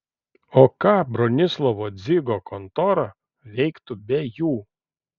o ką bronislovo dzigo kontora veiktų be jų